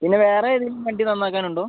പിന്നെ വേറെ ഏതെങ്കിലും വണ്ടി നന്നാക്കാനുണ്ടോ